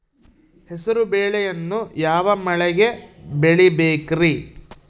ಹೆಸರುಬೇಳೆಯನ್ನು ಯಾವ ಮಳೆಗೆ ಬೆಳಿಬೇಕ್ರಿ?